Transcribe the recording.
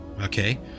okay